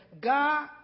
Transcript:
God